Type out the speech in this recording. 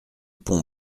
pont